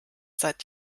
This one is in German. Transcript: seit